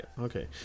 Okay